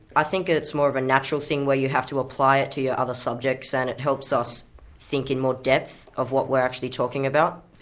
i think it's more of a natural thing where you have to apply it to your other subjects, and it helps us think in more depth of what we're actually talking about.